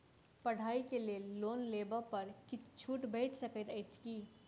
पढ़ाई केँ लेल लोन लेबऽ पर किछ छुट भैट सकैत अछि की?